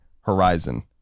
Horizon